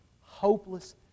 hopeless